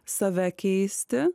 save keisti